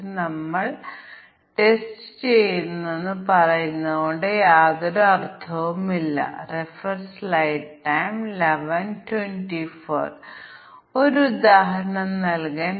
അതിർത്തിയുടെ ഏറ്റവും ചുരുങ്ങിയത് ഒന്ന് പരമാവധി ഒന്ന് 1 100 അകത്ത് ഒരാൾ പറയുന്നത് 2 100 ന് താഴെ ഒരാൾ ഒരു പ്രതിനിധി